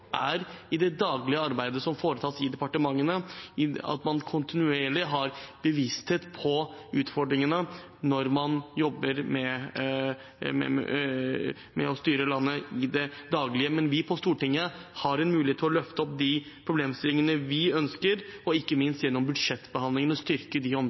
er i det daglige arbeidet som foregår i departementene, at man kontinuerlig har bevissthet om utfordringene når man i det daglige jobber med å styre landet. Vi på Stortinget har en mulighet til å løfte opp de problemstillingene vi ønsker, og ikke minst gjennom budsjettbehandlingene å styrke de